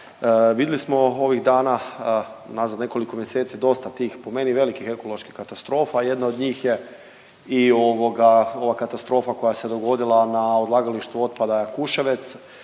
Vidli smo ovih dana unazad nekoliko mjeseci dosta tih, po meni velikih ekoloških katastrofa, jedna od njih je i ovoga, ova katastrofa koja se dogodila na odlagalištu otpada Jakuševec